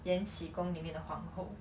延禧宫里面的皇后